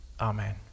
Amen